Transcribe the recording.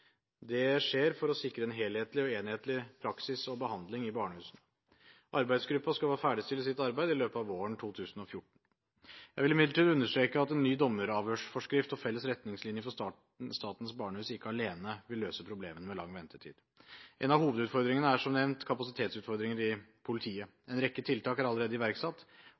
Det skjer for å sikre en helhetlig og enhetlig praksis og behandling i barnehusene. Arbeidsgruppen skal ha ferdigstilt sitt arbeid i løpet av våren 2014. Jeg vil imidlertid understreke at en ny dommeravhørsforskrift og felles retningslinjer for Statens barnehus ikke alene vil løse problemene med lang ventetid. En av hovedutfordringene er, som nevnt, kapasitetsutfordringer i politiet. En rekke tiltak er allerede iverksatt,